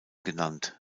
genannt